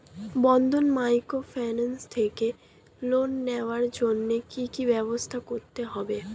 বন্ধন microfinance থেকে loan নেওয়ার জন্য কি কি ব্যবস্থা করতে হবে?